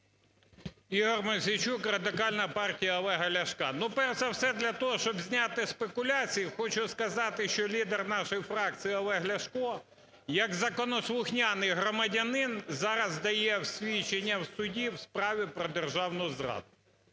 Ігор Мосійчук, Радикальна партія Олега Ляшка. Ну, перш за все, для того, щоб зняти спекуляції, хочу сказати, що лідер нашої фракції Олег Ляшко як законослухняний громадянин зараз дає свідчення в суді в справі про державну зраду.